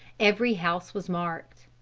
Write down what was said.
every house was marked.